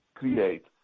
create